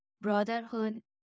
brotherhood